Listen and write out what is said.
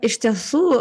iš tiesų